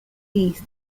east